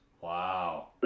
Wow